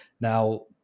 Now